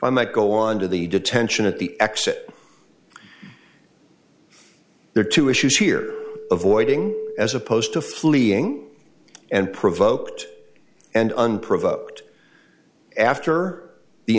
i might go on to the detention at the exit there are two issues here avoiding as opposed to fleeing and provoked and unprovoked after the